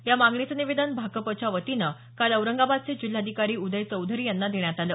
या मागणीचं निवेदन भाकपच्या वतीनं काल औरंगाबादचे जिल्हाधिकारी उदय चौधरी यांना देण्यात आलं